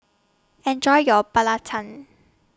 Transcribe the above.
Enjoy your Belacan